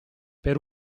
per